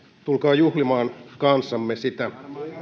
tulkaa juhlimaan kanssamme sitä